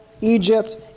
Egypt